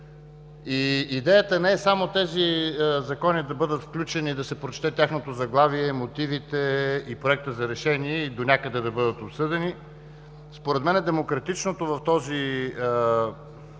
Идеята не е само тези законопроекти да бъдат включени, да се прочете тяхното заглавие, мотивите и проектът за решение и донякъде да бъдат обсъдени – според мен демократичното в този